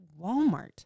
Walmart